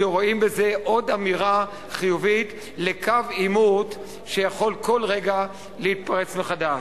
שרואים בזה עוד אמירה חיובית לקו עימות שיכול כל רגע להתפרץ מחדש.